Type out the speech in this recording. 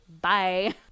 Bye